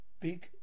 BIG